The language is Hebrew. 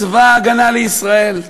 צבא ההגנה לישראל,